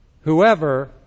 whoever